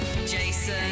Jason